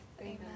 Amen